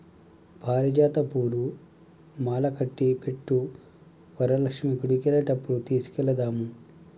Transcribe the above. పారిజాత పూలు మాలకట్టి పెట్టు వరలక్ష్మి గుడికెళ్లేటప్పుడు తీసుకెళదాము